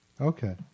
Okay